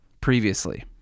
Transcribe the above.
previously